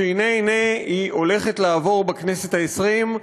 שהנה הנה היא הולכת לעבור בכנסת העשרים.